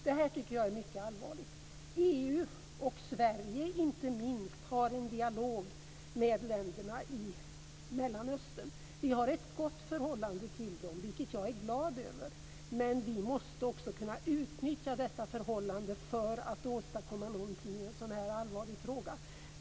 Det här tycker jag är mycket allvarligt. EU och inte minst Sverige har en dialog med länderna i Mellanöstern. Vi har ett gott förhållande till dem, vilket jag är glad över, men vi måste också kunna utnyttja detta förhållande för att åstadkomma någonting i en sådan här allvarlig fråga.